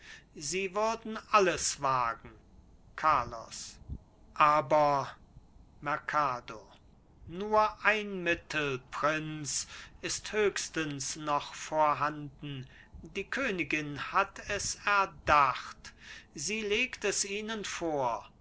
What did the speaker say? sie würden alles wagen carlos aber merkado nur ein mittel prinz ist höchstens noch vorhanden die königin hat es erdacht sie legt es ihnen vor